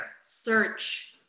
Search